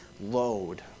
load